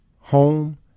home